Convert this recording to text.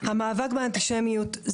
מאבק באנטישמיות וחוסן קהילתי 2022.) המאבק